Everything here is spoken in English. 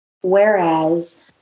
whereas